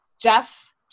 Jeff